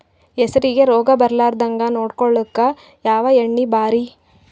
ಹೆಸರಿಗಿ ರೋಗ ಬರಲಾರದಂಗ ನೊಡಕೊಳುಕ ಯಾವ ಎಣ್ಣಿ ಭಾರಿ?